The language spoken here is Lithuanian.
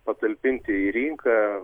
patalpinti į rinką